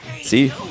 See